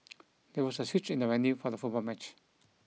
there was a switch in the venue for the football match